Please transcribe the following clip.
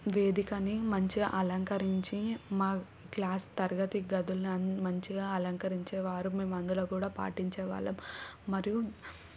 వేదికని మంచిగా అలంకరించి మా క్లాస్ తరగతి గదుల అండ్ మంచిగా అలంకరించేవారు మేము అందులో కూడా పాటించేవాళ్ళము మరియు